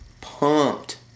pumped